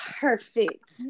perfect